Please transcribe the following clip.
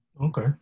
Okay